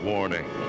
Warning